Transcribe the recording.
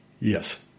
Yes